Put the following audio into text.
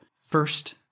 first